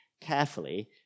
carefully